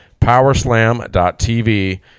powerslam.tv